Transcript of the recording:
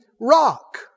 rock